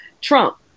Trump